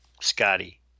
Scotty